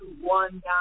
one